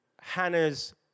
Hannah's